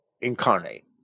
incarnate